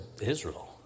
Israel